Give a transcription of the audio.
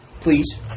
please